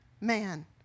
man